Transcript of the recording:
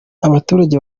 abaturage